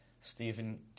Stephen